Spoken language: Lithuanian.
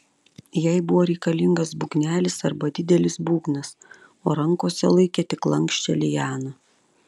jai buvo reikalingas būgnelis arba didelis būgnas o rankose laikė tik lanksčią lianą